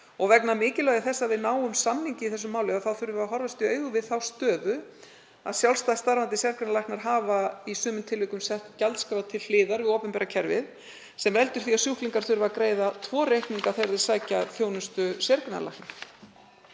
Vegna mikilvægis þess að við náum samningi í þessu máli þurfum við að horfast í augu við þá stöðu að sjálfstætt starfandi sérgreinalæknar hafa í sumum tilvikum sett gjaldskrá til hliðar við opinbera kerfið sem veldur því að sjúklingar þurfa að greiða tvo reikninga þegar þeir sækja þjónustu sérgreinalækna.